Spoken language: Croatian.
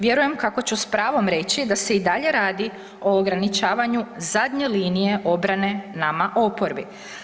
Vjerujem kako ću s pravom reći da se i dalje radi o ograničavanju zadnje linije obrane nama oporbi.